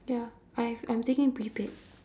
ya I have I am taking prepaid